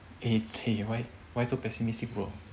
eh why why so pessimistic bro